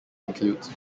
includes